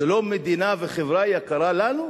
זה לא מדינה, וחברה, יקרה לנו?